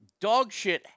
Dogshit